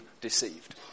deceived